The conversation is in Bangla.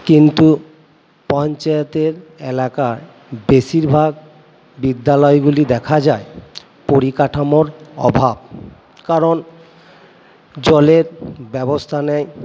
কিন্তু পঞ্চায়েতের এলাকায় বেশিরভাগ বিদ্যালয়গুলি দেখা যায় পরিকাঠামোর অভাব কারণ জলের ব্যবস্থা নেই